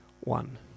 one